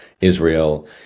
Israel